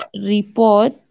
report